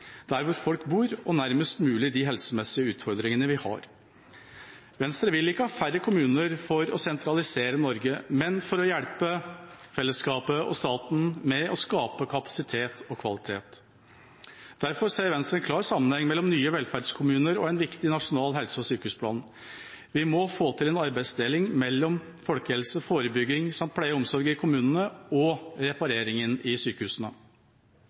der hvor folk bor, og nærmest mulig de helsemessige utfordringene vi har. Venstre vil ikke ha færre kommuner for å sentralisere Norge, men for å hjelpe fellesskapet og staten med å skape kapasitet og kvalitet. Derfor ser Venstre en klar sammenheng mellom nye velferdskommuner og en viktig nasjonal helse- og sykehusplan. Vi må få til en arbeidsdeling mellom folkehelse, forebygging samt pleie og omsorg i kommunene og reparering i sykehusene.